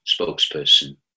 spokesperson